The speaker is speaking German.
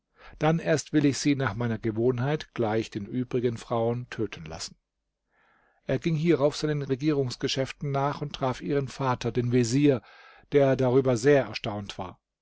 dann erst will ich sie nach meiner gewohnheit gleich den übrigen frauen töten lassen er ging hierauf seinen regierungsgeschäften nach und traf ihren vater den vezier der darüber sehr erstaunt war